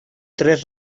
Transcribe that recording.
tres